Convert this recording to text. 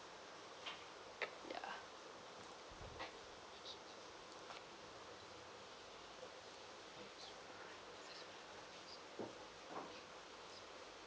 ya